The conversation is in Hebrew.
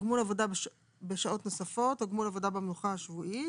גמול עבודה בשעות נוספות או גמול עבודה במנוחה השבועית,